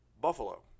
Buffalo